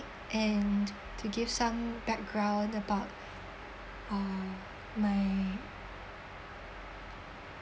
and to give some background about uh my